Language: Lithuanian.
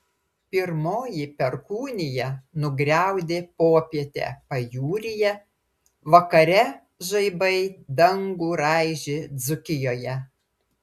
pirmoji perkūnija nugriaudė popietę pajūryje vakare žaibai dangų raižė dzūkijoje